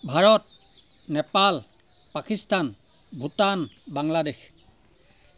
Bharat Nepal Pakistan Bhutan Bangladesh